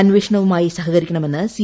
അന്വേഷണവുമായി സഹകരിക്കണമെന്ന് സി